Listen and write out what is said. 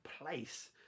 place